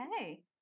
Okay